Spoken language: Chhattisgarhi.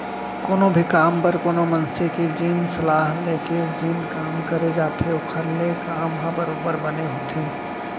कोनो भी काम बर कोनो मनसे के जेन सलाह ले के जेन काम करे जाथे ओखर ले काम ह बरोबर बने होथे